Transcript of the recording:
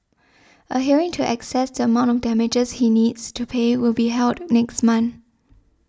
a hearing to access the amount of damages he needs to pay will be held next month